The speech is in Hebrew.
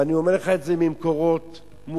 ואני אומר לך את זה ממקורות מוסמכים,